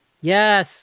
Yes